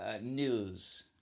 news